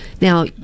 Now